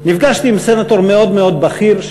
נפגשתי עם סנטור מאוד מאוד בכיר,